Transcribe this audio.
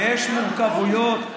יש מורכבויות.